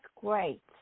great